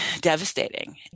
devastating